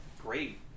great